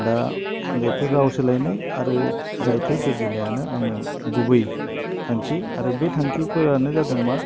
दा बेफोर राव सोलायनाय आरो रायथाइ सोरजिनायानो आंनि गुबै थांखि आरो बे थांखिफोरानो जादों मा